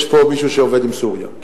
יש פה מישהו שעובד עם סוריה.